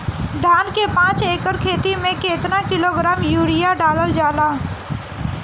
धान के पाँच एकड़ खेती में केतना किलोग्राम यूरिया डालल जाला?